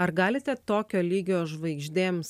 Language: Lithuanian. ar galite tokio lygio žvaigždėms